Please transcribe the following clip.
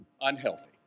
unhealthy